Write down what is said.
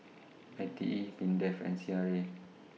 I T E Mindef and C R A